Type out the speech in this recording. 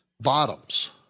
bottoms